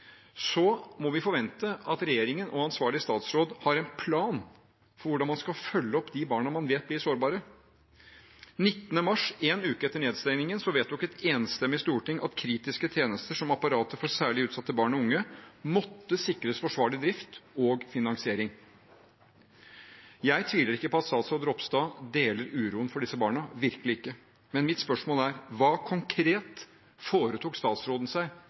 må vi forvente at regjeringen og ansvarlig statsråd har en plan for hvordan man skal følge opp de barna man vet er sårbare. 19. mars – en uke etter nedstengningen – vedtok et enstemmig storting at kritiske tjenester, som apparatet for særlig utsatte barn og unge, måtte sikres forsvarlig drift og finansiering. Jeg tviler ikke på at statsråd Ropstad deler uroen for disse barn – virkelig ikke – men mitt spørsmål er: Hva konkret foretok statsråden seg